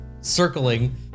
circling